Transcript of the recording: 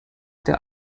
der